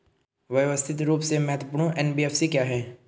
व्यवस्थित रूप से महत्वपूर्ण एन.बी.एफ.सी क्या हैं?